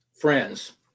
friends